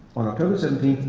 on october seventeen,